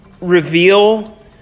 reveal